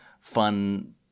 fun